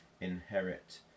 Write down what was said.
inherit